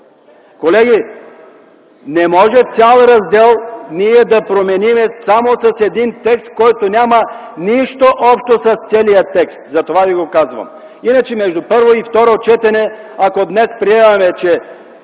Колеги, не може цял раздел ние да променим само с един текст, който няма нищо общо с целия текст. Затова ви го казвам. Иначе, между първо и второ четене, ако днес приемем, че